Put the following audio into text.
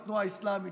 חבר בתנועה האסלאמית,